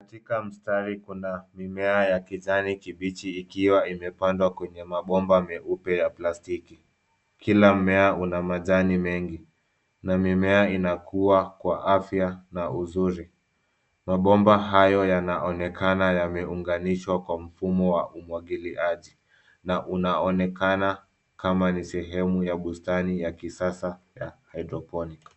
Katika mstari kuna mimea ya kijani kibichi ikiwa imepandwa kwenye mabomba meupe ya plastiki. Kila mmea una majani mengi. Na mimea inakuwa kwa afya na uzuri. Mabomba hayo yanaonekana yameunganishwa kwa mfumo wa umwagiliaji na unaonekana kama ni sehemu ya bustani ya kisasa ya hydroponic .